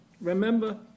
Remember